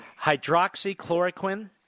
Hydroxychloroquine